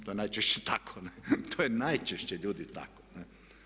To je najčešće tako, to je najčešće ljudi tako.